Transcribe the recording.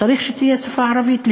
צריך להיות בשפה הערבית,